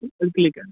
ഇപ്പം